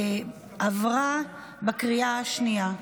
עברה בקריאה השנייה.